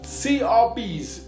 crbs